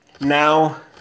Now